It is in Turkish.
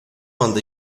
anda